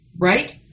Right